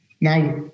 Now